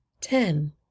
ten